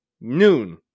noon